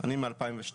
מ-2012.